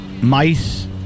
mice